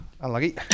unlucky